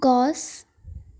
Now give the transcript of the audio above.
গছ